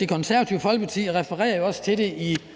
Det Konservative Folkeparti refererer jo også i